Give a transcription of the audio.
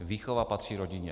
Výchova patří rodině.